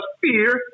fear